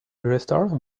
restore